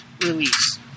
release